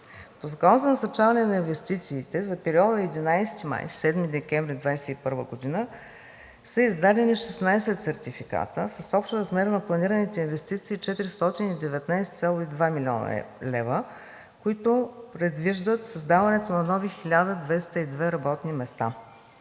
По Закона за насърчаване на инвестициите за периода 11 май – 7 декември 2021 г. са издадени 16 сертификата с общ размер на планираните инвестиции – 419,2 млн. лв., които предвиждат създаването на нови 1202 работни места.